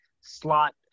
slot